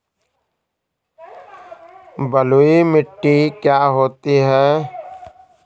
बलुइ मिट्टी क्या होती हैं?